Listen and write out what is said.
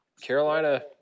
Carolina